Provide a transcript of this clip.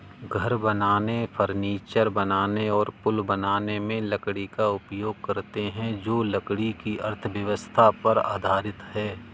घर बनाने, फर्नीचर बनाने और पुल बनाने में लकड़ी का उपयोग करते हैं जो लकड़ी की अर्थव्यवस्था पर आधारित है